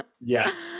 Yes